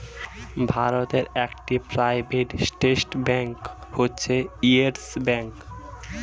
ভারতে একটি private sector bank হচ্ছে ইয়েস ব্যাঙ্ক